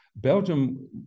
Belgium